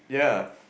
yeah